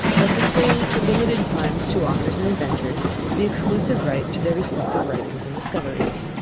by securing for limited times to authors and inventors the exclusive right to their respective writings and discoveries